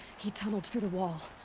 he tunneled through the wall!